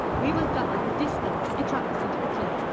we will double the distance it travels into the clay.